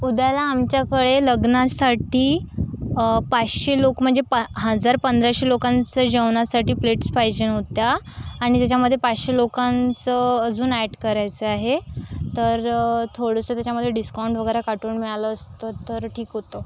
उद्याला आमच्याकडे लग्नासाठी पाचशे लोक म्हणजे पा हजार पंधराशे लोकांचं जेवणासाठी प्लेट्स पाहिजे होत्या आणि त्याच्यामध्ये पाचशे लोकांचं अजून ॲट करायचं आहे तर थोडंसं त्याच्यामध्ये डिसकाऊंट वगैरे काढून मिळालं असतं तर ठीक होतं